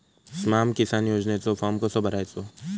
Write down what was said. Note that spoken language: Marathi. स्माम किसान योजनेचो फॉर्म कसो भरायचो?